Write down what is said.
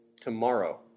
tomorrow